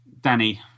Danny